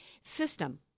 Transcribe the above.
system